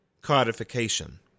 codification